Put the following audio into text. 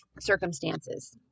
circumstances